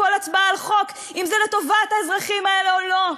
בכל הצבעה על חוק,